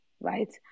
right